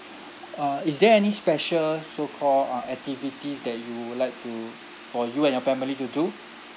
uh is there any special so call uh activities that you would like to for you and your family to do